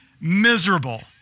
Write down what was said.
miserable